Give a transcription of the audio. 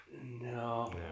No